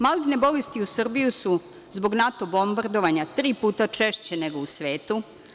Maligne bolesti u Srbiji su zbog NATO bombardovanja tri puta češće nego u svetu.